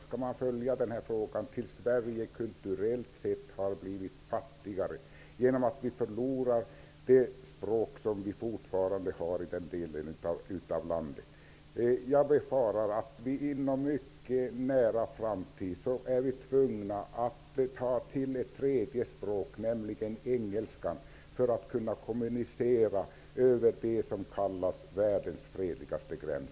Skall man göra det tills Sverige kulturellt sett har blivit fattigare, genom att Sverige förlorar det språk som fortfarande finns i den delen av landet? Jag befarar att vi inom en mycket nära framtid är tvungna att ta till ett tredje språk, nämligen engelskan, för att kunna kommunicera över det som kallas världens fredligaste gräns.